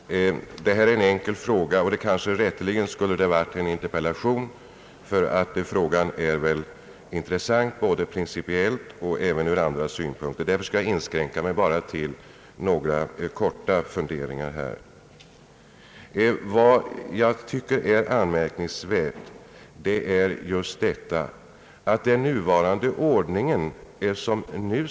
Herr talman! Detta är en enkel fråga, och rätteligen skulle det kanske ha varit en interpellation, ty frågan är intressant både från principiella och andra synpunkter. Jag skall emellertid nu inskränka mig till några korta funderingar. Den ordning vi nu har bör också tilllämpas i praktiken.